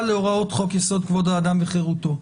להוראות חוק יסוד: כבוד האדם וחירותו.